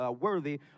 worthy